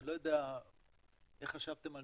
אני לא יודע איך חשבתם על